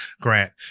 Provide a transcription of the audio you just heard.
grant